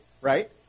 right